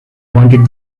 wanted